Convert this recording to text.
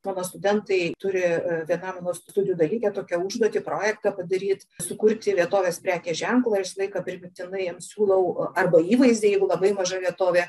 mano studentai turi vienam studijų dalyke tokią užduotį projektą padaryt sukurti vietovės prekės ženklą visą laiką primygtinai siūlau arba įvaizdį jeigu labai maža vietovė